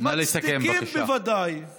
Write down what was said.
הם מצדיקים בוודאי, נא לסכם, בבקשה.